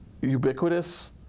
ubiquitous